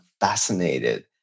fascinated